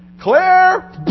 Clear